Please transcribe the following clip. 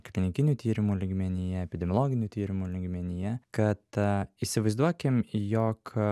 klinikinių tyrimų lygmenyje epidemiologinių tyrimų lygmenyje kad įsivaizduokim jog